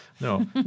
No